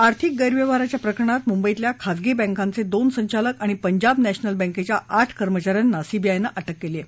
आर्थिक गैरव्यवहाराच्या प्रकरणात मुंबईतल्या खाजगी बँकांचे दोन संचालक आणि पंजाब नॅशनल बँकेच्या आठ कर्मचाऱ्यांना सीबीआयनं अटक केली आहे